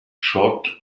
short